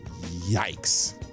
yikes